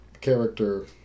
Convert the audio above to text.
character